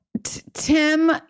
Tim